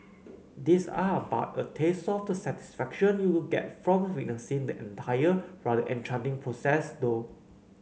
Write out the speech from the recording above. these are but a taste of the satisfaction you'll get from witnessing the entire rather enchanting process though